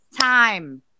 time